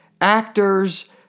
actors